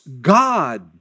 God